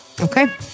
okay